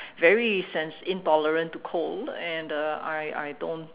very sens~ intolerant to cold and uh I I don't